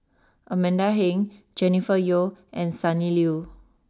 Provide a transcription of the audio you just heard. Amanda Heng Jennifer Yeo and Sonny Liew